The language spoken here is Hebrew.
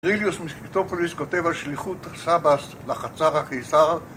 ריליוס מספיקטופוליס כותב על שליחות סבאס לחצר הקיסר